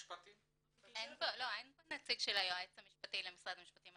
אין פה נציג של היועץ המשפטי במשרד המשפטים.